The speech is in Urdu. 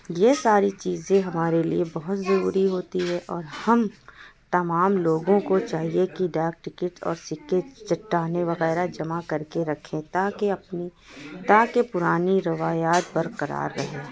یہ ساری چیزیں ہمارے لیے بہت ضروری ہوتی ہے اور ہم تمام لوگوں کو چاہیے کہ ڈاک ٹکٹ اور سکے چٹانیں وغیرہ جمع کر کے رکھیں تاکہ اپنی تاکہ پرانی روایات برقرار رہیں